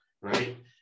right